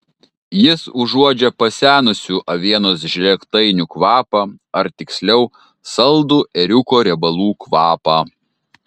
jis užuodžia pasenusių avienos žlėgtainių kvapą ar tiksliau saldų ėriuko riebalų kvapą